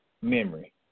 memory